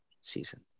season